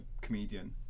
comedian